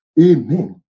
Amen